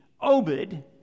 Obed